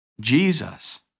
Jesus